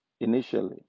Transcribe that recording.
initially